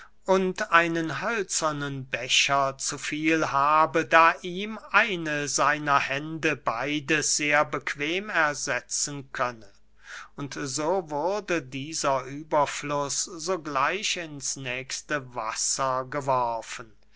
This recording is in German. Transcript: und einen hölzernen becher zu viel habe da ihm eine seiner hände beides sehr bequem ersetzen könne und so wurde dieser überfluß sogleich ins nächste wasser geworfen